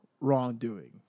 wrongdoing